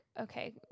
okay